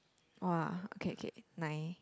!wah! okay okay nine